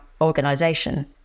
organization